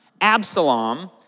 Absalom